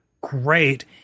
great